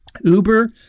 uber